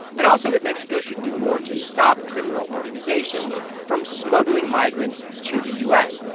and also that mexico should do more to stop criminal organizations from smuggling migrants to the u s.